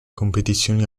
competizioni